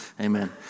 amen